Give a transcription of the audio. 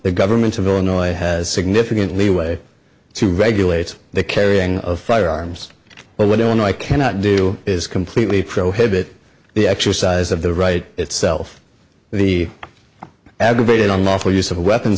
the government of illinois has significant leeway to regulate the carrying of firearms but what you and i cannot do is completely prohibit the exercise of the right itself the aggravated on lawful use of a weapon